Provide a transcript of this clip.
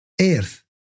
earth